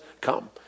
come